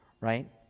right